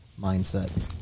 Mindset